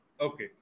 Okay